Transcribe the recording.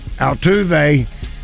Altuve